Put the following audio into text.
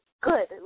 good